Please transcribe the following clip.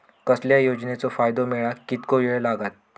कसल्याय योजनेचो फायदो मेळाक कितको वेळ लागत?